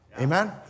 Amen